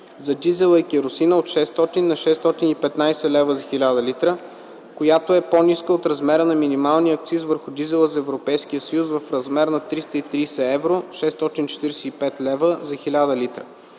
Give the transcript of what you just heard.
за дизела и керосина - от 600 на 615 лв. за 1000 литра, която е по-ниска от размера на минималния акциз върху дизела за ЕС в размер на 330 евро (645 лв.) за 1000 л;